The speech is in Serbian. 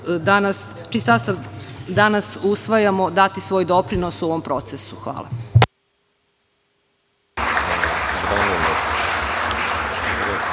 danas usvajamo, dati svoj doprinos u ovom procesu. Hvala.